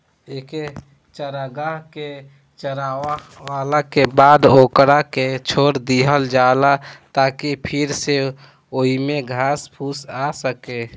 एके चारागाह के चारावला के बाद ओकरा के छोड़ दीहल जाला ताकि फिर से ओइमे घास फूस आ सको